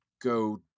go